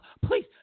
Please